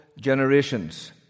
generations